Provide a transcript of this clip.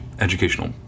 educational